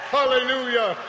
Hallelujah